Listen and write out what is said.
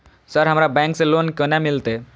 Sir हमरा bank से loan केना मिलते?